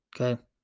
Okay